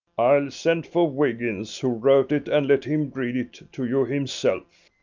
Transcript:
i'll send for wiggins who wrote it and let him read it to you himself.